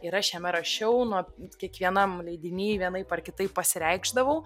ir aš jame rašiau nuo kiekvienam leidiny vienaip ar kitaip pasireikšdavau